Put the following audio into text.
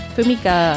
Fumika